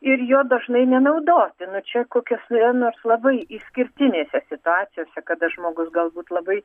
ir jo dažnai nenaudoti nu čia kokiose nors labai išskirtinėse situacijose kada žmogus galbūt labai